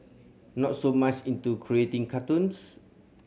not so much into creating cartoons